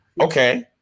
okay